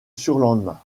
surlendemain